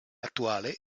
attuale